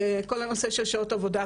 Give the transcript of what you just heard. כל הנושא של שעות עבודה,